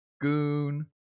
goon